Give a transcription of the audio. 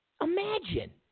imagine